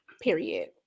Period